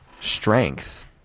strength